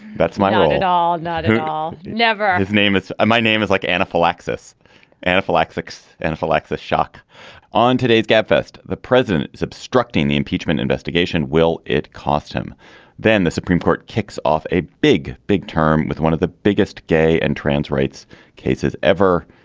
that's my role and not who who never his name is my name is like anaphylaxis anaphylaxis anaphylaxis shock on today's gabfest the president is obstructing the impeachment investigation will it cost him then the supreme court kicks off a big big term with one of the biggest gay and trans rights cases ever.